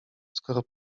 skoro